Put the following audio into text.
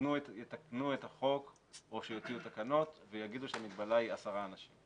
יתקנו את החוק או שיוציאו תקנות ויגידו שהמגבלה היא עשרה אנשים.